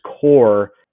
core